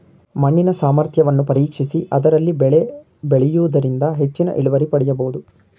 ಮಣ್ಣಿನ ಸಾಮರ್ಥ್ಯವನ್ನು ಪರೀಕ್ಷಿಸಿ ಅದರಲ್ಲಿ ಬೆಳೆ ಬೆಳೆಯೂದರಿಂದ ಹೆಚ್ಚಿನ ಇಳುವರಿ ಪಡೆಯಬೋದು